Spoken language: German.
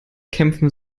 kämpfen